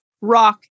rock